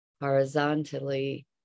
horizontally